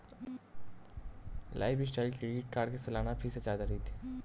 lifestyle credit card के सलाना fees ह जादा रहिथे